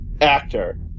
actor